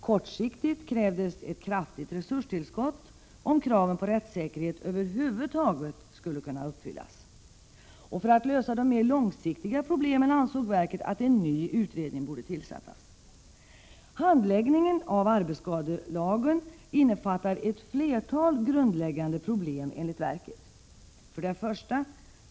Kortsiktigt krävdes ett kraftigt resurstillskott om kraven på rättssäkerhet över huvud taget skulle kunna uppfyllas. För att lösa de mer långsiktiga problemen ansåg verket att en ny utredning borde tillsättas. grundläggande problem: 17 december 1986 1.